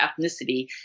ethnicity